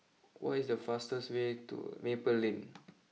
what is the fastest way to Maple Lane